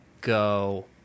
go